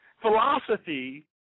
philosophy